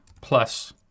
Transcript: plus